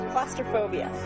Claustrophobia